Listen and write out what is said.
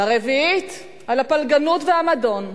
על הרביעית, על הפלגנות והמדון,